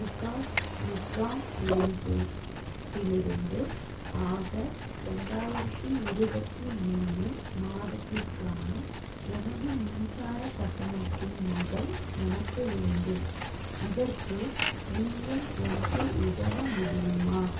விகாஸ் நிக்காம் லிமிடெட்டிலிருந்து ஆகஸ்ட் ரெண்டாயிரத்து இருபத்தி மூணு மாதத்திற்கான எனது மின்சார கட்டணத்தின் நகல் எனக்கு வேண்டும் இதற்கு நீங்கள் எனக்கு உதவ முடியுமா